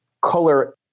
color